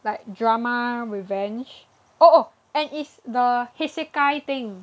like drama revenge oh oh and is the isekai thing